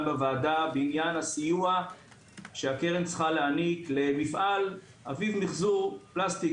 בעניין הסיוע שהקרן צריכה להעניק למפעל "אביב" למחזור פלסטיק,